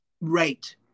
Right